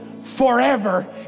forever